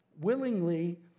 willingly